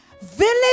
Village